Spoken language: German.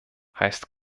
heißt